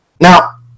Now